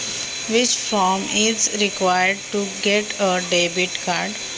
Debit card घेण्यासाठी कोणता form भरावा लागतो?